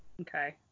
Okay